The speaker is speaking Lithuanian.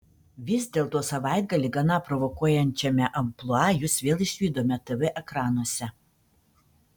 vis dėlto savaitgalį gana provokuojančiame amplua jus vėl išvydome tv ekranuose